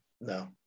No